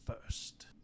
first